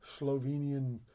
Slovenian